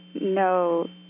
no